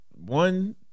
one